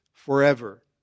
forever